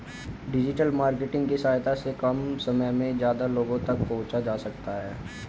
digital marketing की सहायता से कम समय में ज्यादा लोगो तक पंहुचा जा सकता है